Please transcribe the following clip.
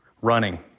running